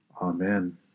Amen